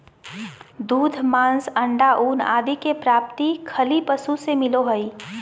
दूध, मांस, अण्डा, ऊन आदि के प्राप्ति खली पशु से मिलो हइ